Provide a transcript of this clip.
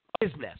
business